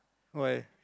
why